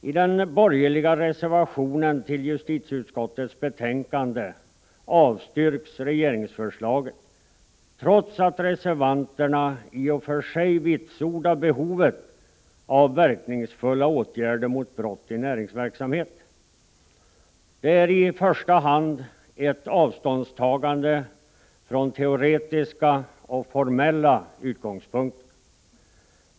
I den borgerliga reservationen till justitieutskottets betänkande avstyrks regeringsförslaget trots att reservanterna i och för sig vitsordar behovet av verkningsfulla åtgärder mot brott i näringsverksamhet. Det är i första hand ett avståndstagande från teoretiska och formella utgångspunkter.